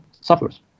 suffers